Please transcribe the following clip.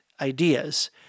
ideas